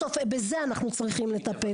בסוף, בזה אנחנו צריכים לטפל.